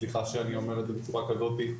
סליחה שאני אומר את זה בצורה כזאת,